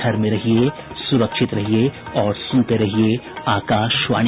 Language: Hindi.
घर में रहिये सुरक्षित रहिये और सुनते रहिये आकाशवाणी